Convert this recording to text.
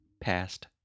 past